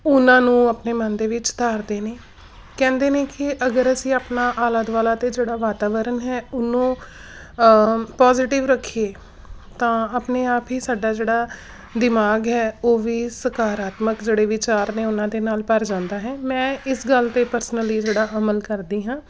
ਉਹਨਾਂ ਨੂੰ ਆਪਣੇ ਮਨ ਦੇ ਵਿੱਚ ਧਾਰਦੇ ਨੇ ਕਹਿੰਦੇ ਨੇ ਕਿ ਅਗਰ ਅਸੀਂ ਆਪਣਾ ਆਲਾ ਦੁਆਲਾ ਅਤੇ ਜਿਹੜਾ ਵਾਤਾਵਰਨ ਹੈ ਉਹਨੂੰ ਪੋਜੀਟਿਵ ਰੱਖੀਏ ਤਾਂ ਆਪਣੇ ਆਪ ਹੀ ਸਾਡਾ ਜਿਹੜਾ ਦਿਮਾਗ ਹੈ ਉਹ ਵੀ ਸਕਾਰਾਤਮਕ ਜਿਹੜੇ ਵਿਚਾਰ ਨੇ ਉਹਨਾਂ ਦੇ ਨਾਲ ਭਰ ਜਾਂਦਾ ਹੈ ਮੈਂ ਇਸ ਗੱਲ 'ਤੇ ਪਰਸਨਲੀ ਜਿਹੜਾ ਅਮਲ ਕਰਦੀ ਹਾਂ